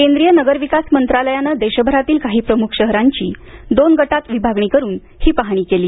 केंद्रीय नगर विकास मंत्रालयानं देशभरातील काही प्रमुख शहरांची दोन गटात विभागणी करुन ही पाहणी केली